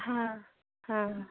हाँ हाँ हाँ